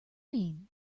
mean